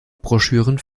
broschüren